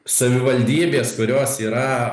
savivaldybės kurios yra